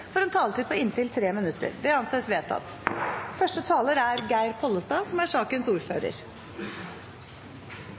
får en taletid på inntil 3 minutter. – Det anses vedtatt.